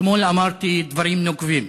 אתמול אמרתי דברים נוקבים